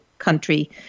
country